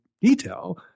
detail